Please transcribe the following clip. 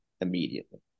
immediately